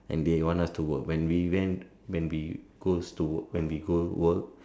and they want us to work when we went when we goes to work when we go work